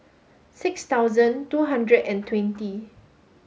six thousand two hundred and twenty